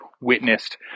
witnessed